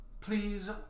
Please